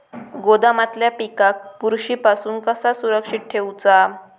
गोदामातल्या पिकाक बुरशी पासून कसा सुरक्षित ठेऊचा?